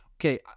Okay